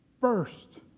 first